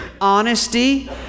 honesty